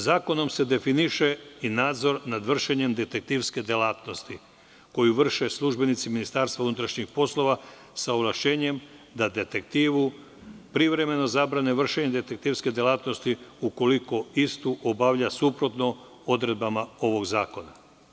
Zakonom se definiše i nadzor nad vršenjem detektivske delatnosti, koju vrše službenici MUP, sa ovlašćenjem da detektivu privremeno zabrane vršenje detektivske delatnosti ukoliko istu obavlja suprotno odredbama ovog zakona.